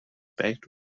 packed